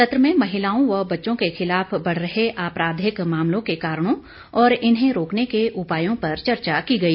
सत्र में महिलाओं व बच्चों के खिलाफ बढ़ रहे आपराधिक मामलों के कारणों और इन्हें रोकने के उपायों पर चर्चा की गई